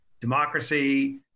democracy